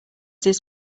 this